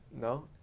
No